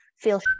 feel